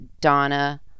Donna